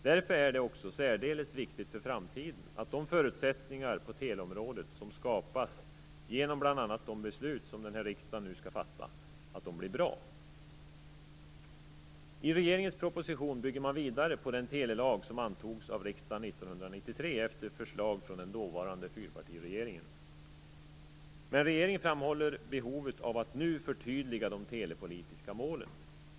Därför är det också särdeles viktigt för framtiden att de förutsättningar på teleområdet blir bra som skapas genom bl.a. de beslut som denna riksdag nu skall fatta. I regeringens proposition bygger man vidare på den telelag som antogs av riksdagen 1993, efter förslag från den dåvarande fyrpartiregeringen. Men regeringen framhåller behovet av att nu förtydliga de telepolitiska målen.